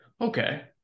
Okay